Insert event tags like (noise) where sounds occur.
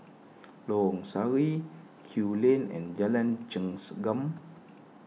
Lorong Sari Kew Lane and Jalan (unintelligible)